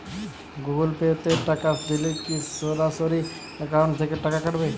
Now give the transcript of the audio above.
Google Pay তে টাকা দিলে কি সরাসরি অ্যাকাউন্ট থেকে টাকা কাটাবে?